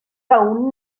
rownd